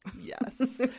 yes